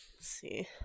see